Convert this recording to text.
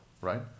right